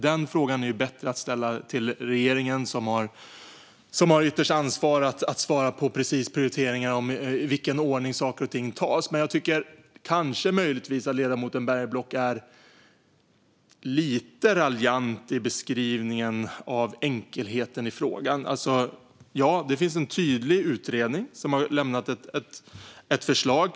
Den frågan är det bättre att man ställer till regeringen, som har det yttersta ansvaret för att svara på de exakta prioriteringarna och i vilken ordning saker och ting sker. Men jag tycker att ledamoten Bergenblock möjligen är lite raljant i sin beskrivning av enkelheten i frågan. Visst finns det en tydlig utredning som har lämnat ett förslag.